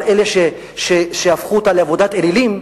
על אלה שהפכו אותה לעבודת אלילים,